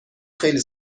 خیلی